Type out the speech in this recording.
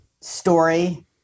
story